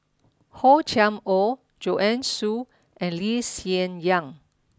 Hor Chim Or Joanne Soo and Lee Hsien Yang